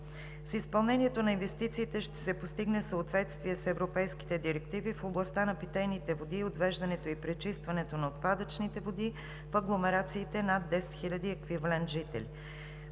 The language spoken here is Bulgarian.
С изпълнението на инвестициите ще се постигне съответствие с европейските директиви в областта на питейните води и отвеждането и пречистването на отпадъчните води в агломерациите с над десет хиляди еквивалент жители.